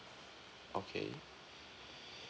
okay